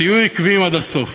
תהיו עקביים עד הסוף.